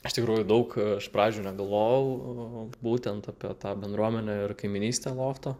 iš tikrųjų daug pradžioj negalvojau būtent apie tą bendruomenę ir kaimynystę lofto